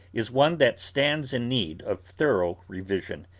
is one that stands in need of thorough revision.